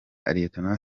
rtd